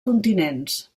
continents